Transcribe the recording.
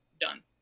done